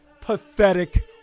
pathetic